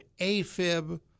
AFib